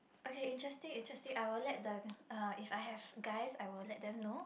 okay interesting interesting I will let the uh if I have guys I will let them know